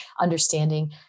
understanding